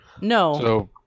No